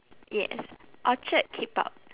yes orchard keep out